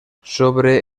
sobre